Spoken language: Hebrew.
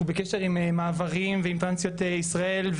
אנחנו בקשר עם מעברים ועם טרנסיות ישראל,